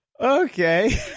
Okay